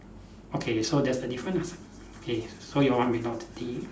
okay so there's the different ah okay so your one without the thing